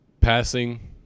passing